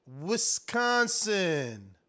Wisconsin